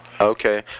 Okay